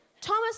Thomas